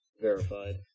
verified